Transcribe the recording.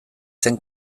zen